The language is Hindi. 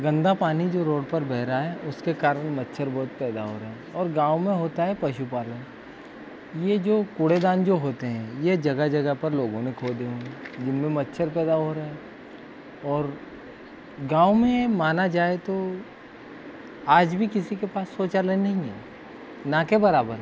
गन्दा पानी जो रोड पर बह रहा है उसके कारण मच्छर बहुत पैदा हो रहे हैं और गाँव में होता है पशुपालन यह जो कूड़ेदान जो होते हैं यह जगह जगह पर लोगों ने खोदे हुए हैं जिनमें मच्छर पैदा हो रहे हैं और गाँव में माना जाए तो आज भी किसी के पास शौचालय नहीं है ना के बराबर है